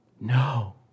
No